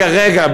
כרגע,